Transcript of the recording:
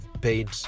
paid